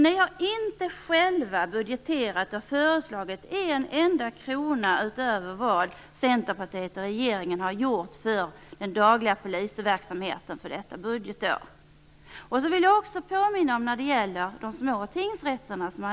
Ni har inte själva budgeterat och föreslagit en enda krona utöver vad Centerpartiet och regeringen har gjort för den dagliga polisverksamheten för detta budgetår. Anders Högmark säger sig vilja värna om de små tingsrätterna.